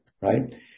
right